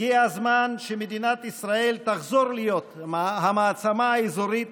הגיע הזמן שמדינת ישראל תחזור להיות המעצמה האזורית